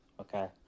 okay